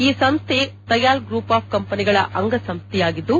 ಈ ಸಂಸ್ಥೆ ತಯಾಲ್ ಗೂಪ್ ಆಫ್ ಕಂಪನಿಗಳ ಅಂಗಸಂಸ್ಥೆಯಾಗಿದ್ದು